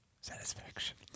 satisfaction